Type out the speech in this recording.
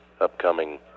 upcoming